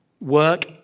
work